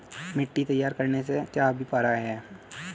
मिट्टी तैयार करने से क्या अभिप्राय है?